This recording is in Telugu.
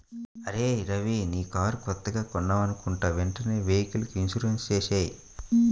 అరేయ్ రవీ నీ కారు కొత్తగా కొన్నావనుకుంటా వెంటనే వెహికల్ ఇన్సూరెన్సు చేసేయ్